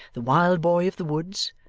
the wild boy of the woods,